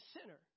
sinner